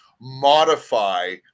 modify